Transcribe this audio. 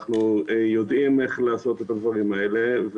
אנחנו יודעים איך לעשות את הדברים האלה,